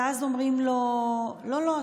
ואז אומרים לו: לא לא,